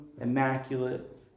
immaculate